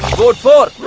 vote for!